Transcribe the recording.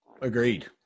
Agreed